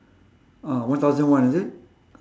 ah one thousand one is it